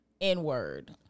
N-word